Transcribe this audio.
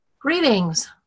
Greetings